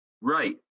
Right